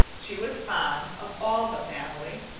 she was fond of all the family.